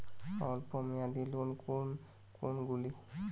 অল্প মেয়াদি লোন কোন কোনগুলি?